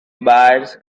bars